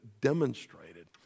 demonstrated